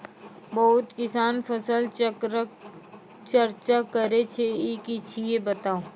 बहुत किसान फसल चक्रक चर्चा करै छै ई की छियै बताऊ?